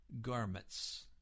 garments